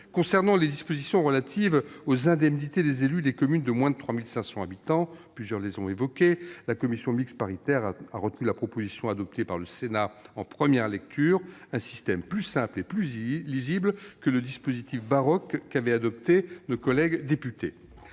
Sur les dispositions relatives aux indemnités des élus des communes de moins de 3 500 habitants, la commission mixte paritaire a retenu la proposition adoptée par le Sénat en première lecture, qui est un système plus simple et plus lisible que le dispositif baroque adopté par nos collègues députés.